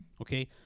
Okay